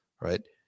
right